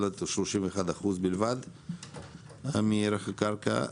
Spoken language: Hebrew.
אלא 31% בלבד מערך הקרקע,